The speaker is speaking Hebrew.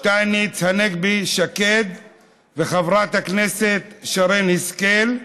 שטייניץ, הנגבי, שקד וחברת הכנסת שרן השכל,